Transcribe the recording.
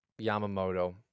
Yamamoto